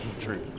true